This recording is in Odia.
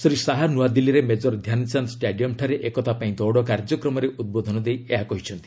ଶ୍ରୀ ଶାହା ନ୍ତଆଦିଲ୍ଲୀର ମେଜର ଧ୍ୟାନଚାନ୍ଦ ଷ୍ଟାଡିୟମଠାରେ 'ଏକତା ପାଇଁ ଦୌଡ଼' କାର୍ଯ୍ୟକ୍ରମରେ ଉଦ୍ବୋଧନ ଦେଇ ଏହା କହିଛନ୍ତି